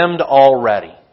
already